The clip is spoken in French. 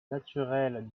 naturelle